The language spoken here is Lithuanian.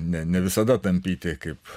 ne ne visada tampyti kaip